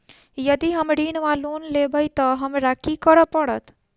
यदि हम ऋण वा लोन लेबै तऽ हमरा की करऽ पड़त?